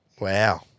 Wow